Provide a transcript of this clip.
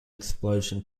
explosion